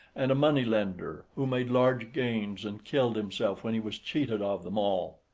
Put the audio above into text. and a money-lender, who made large gains and killed himself when he was cheated of them all.